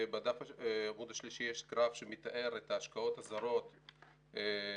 בעמוד השלישי יש גרף שמתאר את ההשקעות הזרות בהיי-טק.